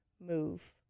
move